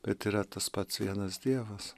bet yra tas pats vienas dievas